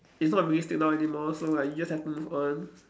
it's not realistic now anymore so like you just have to move on